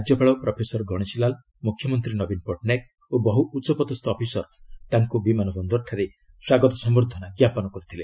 ରାଜ୍ୟପାଳ ପ୍ରଫେସର ଗଣେଶୀ ଲାଲ୍ ମ୍ରଖ୍ୟମନ୍ତ୍ରୀ ନବୀନ ପଟ୍ଟନାୟକ ଓ ବହୁ ଉଚ୍ଚପଦସ୍କ ଅଫିସର ତାଙ୍କ ବିମାନ ବନ୍ଦରଠାରେ ସ୍ୱାଗତ ସମ୍ଭର୍ଦ୍ଧନା ଜ୍ଞାପନ କରିଥିଲେ